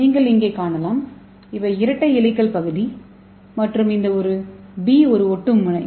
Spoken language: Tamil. நீங்கள் இங்கே காணலாம் இவை இரட்டை ஹெலிகல் பகுதி மற்றும் இந்த பி ஒரு ஒட்டும் முனை